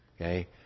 Okay